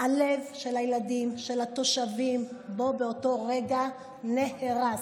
הלב של הילדים, של התושבים, בו ברגע נהרס.